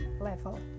level